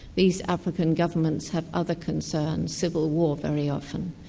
these african governments have other concerns, civil war very often,